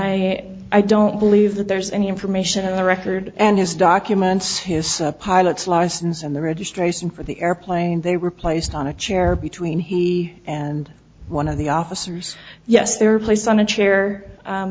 i i don't believe that there's any information in the record and his documents his pilot's license and the registration for the airplane they were placed on a chair between he and one of the officers yes they were placed on a chair